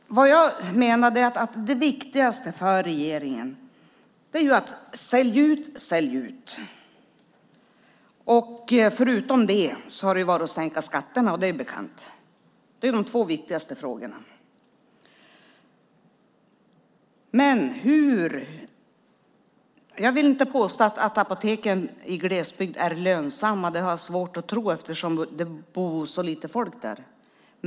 Vad jag menar är att det viktigaste för regeringen är: Sälj ut, sälj ut! Förutom det har det varit att sänka skatterna; det är bekant. Det är de två viktigaste frågorna. Jag vill inte påstå att apoteken i glesbygden är lönsamma. Det har jag svårt att tro, eftersom det bor så lite folk där.